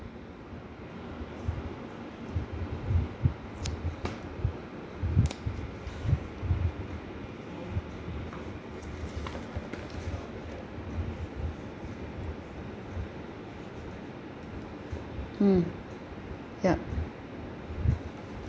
mm ya